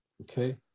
okay